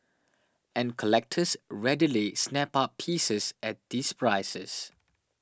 and collectors readily snap up pieces at these prices